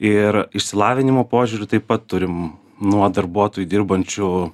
ir išsilavinimo požiūriu taip pat turim nuo darbuotojų dirbančių